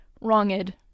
wronged